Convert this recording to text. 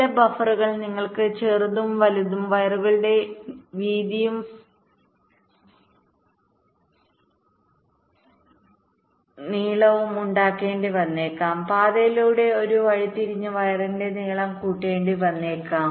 ചില ബഫറുകൾ നിങ്ങൾക്ക് ചെറുതും വലുതും വയറുകളുടെ വീതിയും പാമ്പും ഉണ്ടാക്കേണ്ടി വന്നേക്കാം പാതയിലൂടെ ഒരു വഴിതിരിഞ്ഞ് വയറിന്റെ നീളം കൂട്ടേണ്ടി വന്നേക്കാം